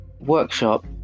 workshop